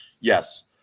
Yes